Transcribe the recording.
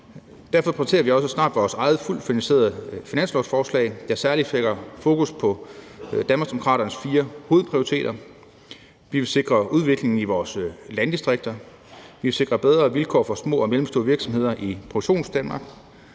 derfor præsenterer vi også snart vores eget fuldt finansierede finanslovsforslag, der særlig sætter fokus på Danmarksdemokraternes fire hovedprioriteter: Vi vil sikre udviklingen i vores landdistrikter; vi vil sikre bedre vilkår for små og mellemstore virksomheder i Produktionsdanmark;